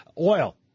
Oil